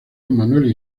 emanuel